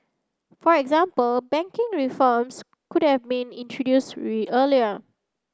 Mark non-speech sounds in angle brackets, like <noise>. for example banking reforms could have been introduced <unintelligible> earlier